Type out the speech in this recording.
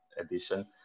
edition